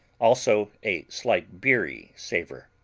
also a slight beery savor.